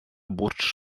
бурдж